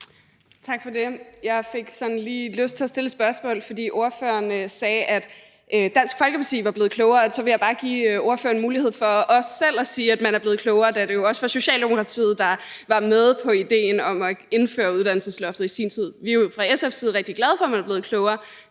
Carøe (SF): Jeg fik sådan lige lyst til at stille et spørgsmål, for ordføreren sagde, at Dansk Folkeparti var blevet klogere. Og så vil jeg bare give ordføreren mulighed for også selv at sige, at man er blevet klogere, da det jo også var Socialdemokratiet, der var med på idéen om at indføre uddannelsesloftet i sin tid. Vi er jo fra SF's side rigtig glade for, man er blevet klogere.